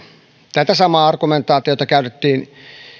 tätä samaa argumentaatiota käytettiin